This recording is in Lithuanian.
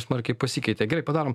smarkiai pasikeitė gerai padarom